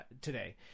today